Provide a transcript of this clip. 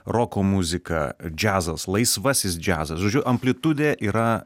roko muzika džiazas laisvasis džiazas žodžiu amplitudė yra